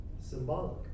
Symbolic